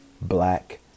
black